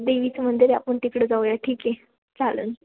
देवीचं मंदिर आहे आपण तिकडं जाऊया ठीक आहे चालेल